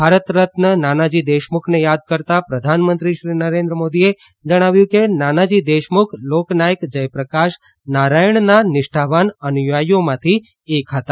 ભારત રત્ન નાનાજી દેશમુખને યાદ કરતા પ્રધાનમંત્રી શ્રી નરેન્દ્ર મોદીએ જણાવ્યું કે નાનાજી દેશમુખ લોકનાયક જયપ્રકાશ નારાયણના નિષ્ઠાવાન અનુયાયીઓમાંના એક હતા